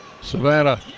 Savannah